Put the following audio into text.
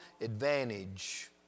advantage